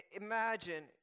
Imagine